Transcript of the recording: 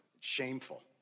shameful